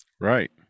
Right